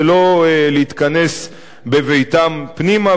ולא להתכנס בביתם פנימה,